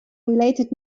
related